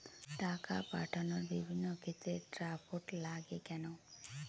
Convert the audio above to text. টাকা পাঠানোর বিভিন্ন ক্ষেত্রে ড্রাফট লাগে কেন?